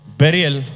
burial